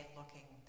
looking